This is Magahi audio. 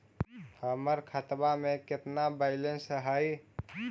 हमर खतबा में केतना बैलेंस हई?